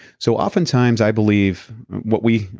so, oftentimes i believe what we.